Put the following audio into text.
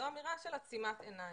זו אמירה של עצימת עיניים.